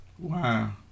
Wow